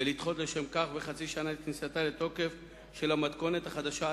ולדחות לשם כך בחצי שנה את כניסתה לתוקף של המתכונת החדשה,